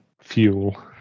Fuel